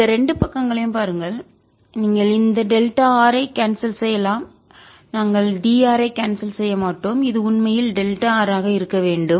இந்த 2 பக்கங்களையும் பாருங்கள் நீங்கள் இந்த டெல்டா r ஐ கான்செல் செய்யலாம் நாங்கள் dr ஐ கான்செல் செய்ய மாட்டோம் இது உண்மையில் டெல்டா r ஆக இருக்க வேண்டும்